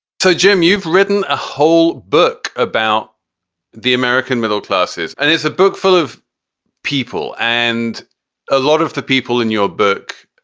jim, you've written a whole book about the american middle classes, and it's a book full of people and a lot of the people in your book,